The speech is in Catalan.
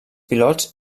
pilots